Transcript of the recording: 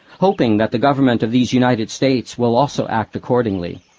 hoping that the government of these united states will also act accordingly.